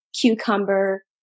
cucumber